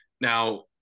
Now